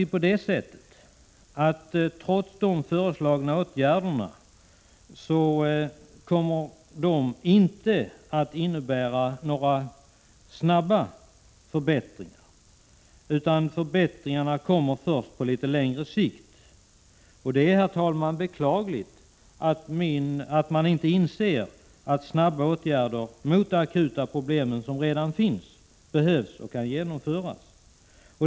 De föreslagna åtgärderna kommer inte att innebära några snabba förbättringar, utan förbättringarna kommer först på litet längre sikt. Det är, herr talman, beklagligt att man inte inser att snabba åtgärder mot de akuta problem som redan finns både behövs och kan genomföras.